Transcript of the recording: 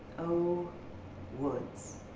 oh woods.